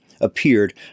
appeared